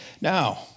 Now